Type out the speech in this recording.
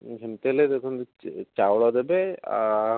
ସେମିତି ହେଲେ ଦେଖନ୍ତୁ ଚାଉଳ ଦେବେ ଆ